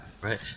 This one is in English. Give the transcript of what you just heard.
Right